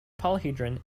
polyhedron